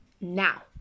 now